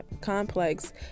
complex